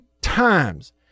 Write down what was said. times